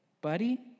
buddy